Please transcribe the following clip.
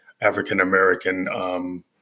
African-American